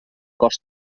cost